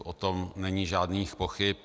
O tom není žádných pochyb.